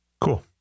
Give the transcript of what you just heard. Cool